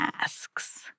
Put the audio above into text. asks